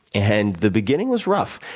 and the beginning was rough.